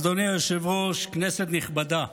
אדוני היושב-ראש, כנסת נכבדה,